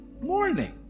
morning